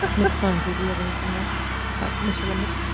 but ms. cloninger? do you have anything else mr lundberg?